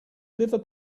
liver